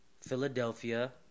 Philadelphia